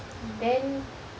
then